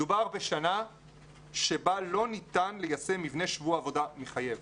מדובר בשנה בה לא ניתן ליישם מבנה שבוע עבודה מחייב.